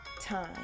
time